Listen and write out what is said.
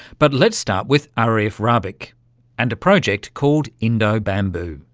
but let's start with arief rabik and a project called indobamboo.